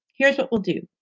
here's what we'll do.